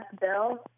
bill